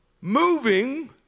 Moving